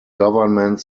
government